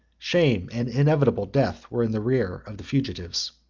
shame and inevitable death were in the rear, of the fugitives.